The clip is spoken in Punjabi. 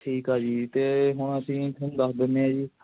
ਠੀਕ ਆ ਜੀ ਅਤੇ ਹੁਣ ਅਸੀਂ ਤੁਹਾਨੂੰ ਦੱਸ ਦਿੰਦੇ ਹਾਂ ਜੀ